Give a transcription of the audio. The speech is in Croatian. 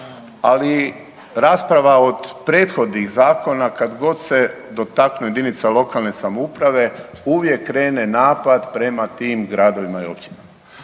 ali rasprava od prethodnih zakona, kad god se dotakne jedinica lokalne samouprave, uvijek krene napad prema tim gradovima i općinama.